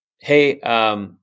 Hey